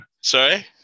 sorry